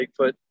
Bigfoot